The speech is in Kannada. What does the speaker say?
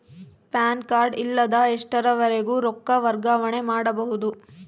ಪ್ಯಾನ್ ಕಾರ್ಡ್ ಇಲ್ಲದ ಎಷ್ಟರವರೆಗೂ ರೊಕ್ಕ ವರ್ಗಾವಣೆ ಮಾಡಬಹುದು?